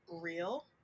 real